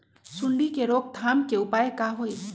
सूंडी के रोक थाम के उपाय का होई?